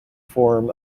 form